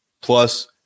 Plus